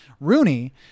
Rooney